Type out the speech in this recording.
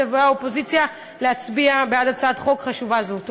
ומהאופוזיציה להצביע בעד הצעת חוק חשובה זו.